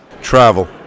Travel